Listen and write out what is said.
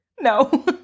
No